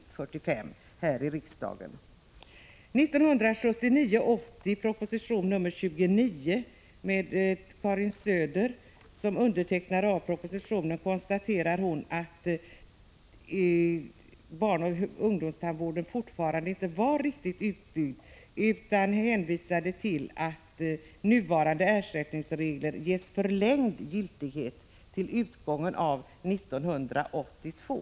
I proposition 1979/80:29 konstaterar Karin Söder, som hade undertecknat propositionen, att barnoch ungdomstandvården ännu inte var riktigt utbyggd. Hon framhöll att nuvarande ersättningsregler skulle ges förlängd giltighet till utgången av 1982.